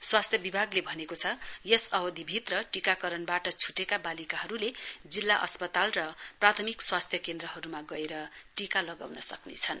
स्वास्थ्य विभागले भनेको छ यस अविधिभित्र टीकाकरणबाट छ्रेटका बालिकाहरूले जिल्ला अस्पताल र प्राथमिक स्वास्थ्य केन्द्रहरूमा गएर टीका लगाउन सक्नेछन्